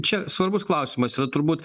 čia svarbus klausimas turbūt